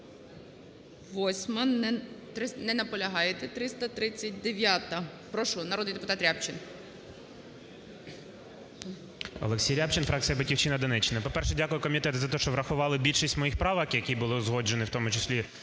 338-а. Не наполягаєте. 339-а. Прошу, народний депутатРябчин. 10:36:03 РЯБЧИН О.М. ОлексійРябчин, фракція "Батьківщина", Донеччина. По-перше, дякую комітету за те, що врахували більшість моїх правок, які були узгоджені, в тому числі